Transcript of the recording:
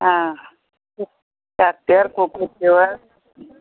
अँ काग तिहार कुकुर तिहार